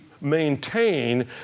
maintain